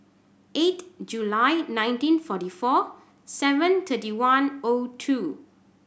eight July nineteen forty four seven thirty one O two